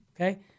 Okay